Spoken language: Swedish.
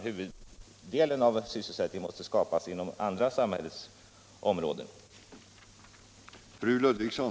Huvuddelen av sysselsättningen måste skapas inom andra samhällsområden.